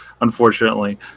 unfortunately